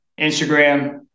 Instagram